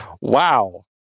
Wow